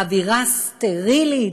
אווירה סטרילית?